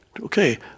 Okay